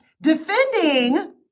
defending